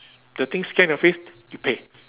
the thing scan your face you pay